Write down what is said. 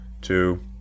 two